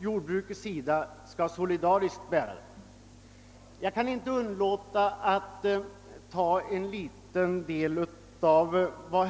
jordbruket solidariskt skall bära de kostnader man kommer fram till.